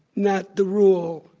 not the rule.